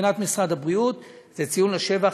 מבחינת משרד הבריאות זה ציון לשבח,